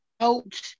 out